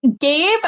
Gabe